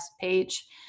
page